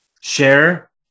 share